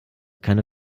keine